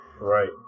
Right